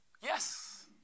Yes